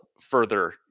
further